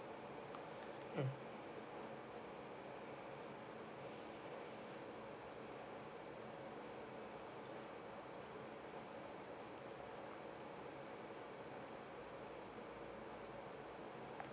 mm